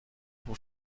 pour